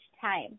time